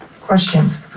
Questions